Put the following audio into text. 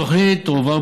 התוכנית תועבר,